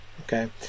Okay